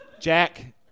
Jack